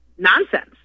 nonsense